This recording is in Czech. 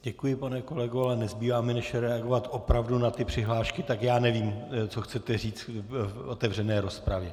Děkuji, pane kolego, ale nezbývá mi, než reagovat opravdu na ty přihlášky, tak já nevím, co chcete říct v otevřené rozpravě.